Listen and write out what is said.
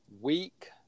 week